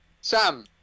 Sam